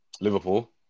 Liverpool